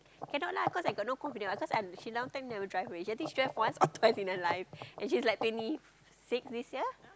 cannot lah cause I got no confidence what because I she long time never drive already I think she drive once or twice in her life and she's like twenty six this year